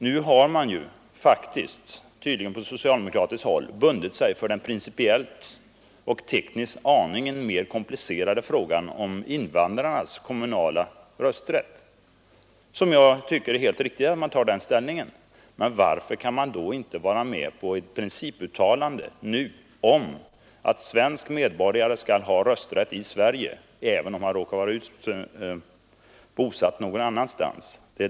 Nu har man på socialdemokratiskt håll tydligen bundit sig i den principiellt och tekniskt aningen mer komplicerade frågan om invandrarnas kommunala rösträtt, och jag tycker det är helt riktigt att man tar den ställningen. Men varför kan man då inte vara med på ett principuttalande nu om att svensk medborgare skall ha rösträtt i Sverige, även om han råkar vara bosatt någon annanstans?